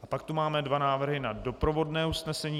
A pak tu máme dva návrhy na doprovodné usnesení.